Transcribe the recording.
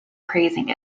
praising